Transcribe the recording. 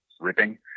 ripping